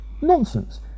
Nonsense